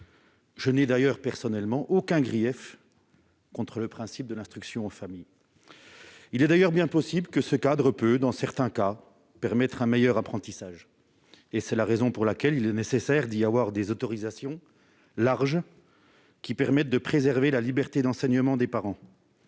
Je n'ai d'ailleurs personnellement aucun grief contre le principe de l'instruction en famille. Il est d'ailleurs bien possible que ce cadre puisse, dans certains cas, permettre un meilleur apprentissage. C'est la raison pour laquelle il est nécessaire de l'encadrer par des autorisations larges, qui permettent de préserver la liberté d'enseignement des parents